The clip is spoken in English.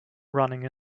running